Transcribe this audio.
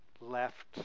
left